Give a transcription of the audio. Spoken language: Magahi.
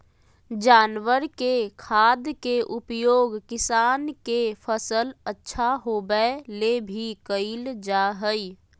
जानवर के खाद के उपयोग किसान के फसल अच्छा होबै ले भी कइल जा हइ